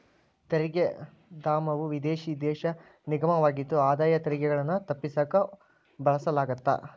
ತೆರಿಗೆ ಧಾಮವು ವಿದೇಶಿ ದೇಶ ನಿಗಮವಾಗಿದ್ದು ಆದಾಯ ತೆರಿಗೆಗಳನ್ನ ತಪ್ಪಿಸಕ ಬಳಸಲಾಗತ್ತ